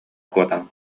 куотан